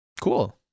Cool